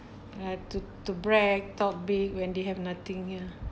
uh to to brag talk big when they have nothing ya